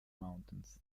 mountains